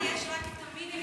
אז למה בתמ"א